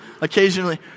occasionally